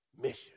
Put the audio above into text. mission